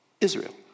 Israel